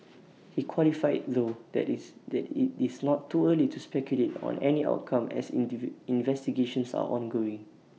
he's qualified though that it's that IT is not too early to speculate on any outcome as investigations are ongoing